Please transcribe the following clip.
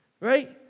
Right